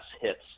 hits